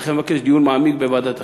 ולכן אני מבקש דיון מעמיק בוועדת החינוך.